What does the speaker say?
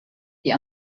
die